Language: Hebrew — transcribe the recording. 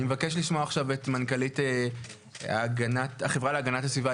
אני מבקש לשמוע את מנכ"לית החברה להגנת הסביבה,